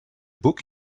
book